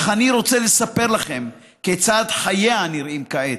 אך אני רוצה לספר לכם כיצד חייה נראים כעת.